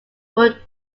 were